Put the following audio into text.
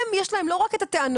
הם, יש להם לא רק את הטענות.